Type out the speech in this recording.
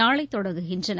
நாளைதொடங்குகின்றன